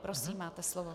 Prosím, máte slovo.